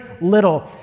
little